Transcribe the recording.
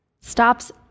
stops